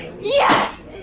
yes